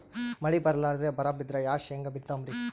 ಮಳಿ ಬರ್ಲಾದೆ ಬರಾ ಬಿದ್ರ ಯಾ ಶೇಂಗಾ ಬಿತ್ತಮ್ರೀ?